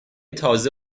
تازه